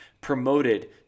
promoted